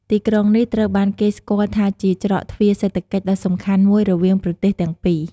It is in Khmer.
ទីក្រុងនេះត្រូវបានគេស្គាល់ថាជាច្រកទ្វារសេដ្ឋកិច្ចដ៏សំខាន់មួយរវាងប្រទេសទាំងពីរ។